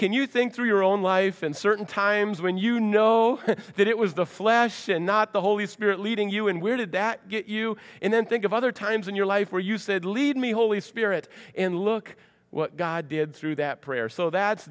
can you think through your own life and certain times when you know that it was the flesh and not the holy spirit leading you and where did that get you and then think of other times in your life where you said leave me holy spirit and look what god did through that prayer so that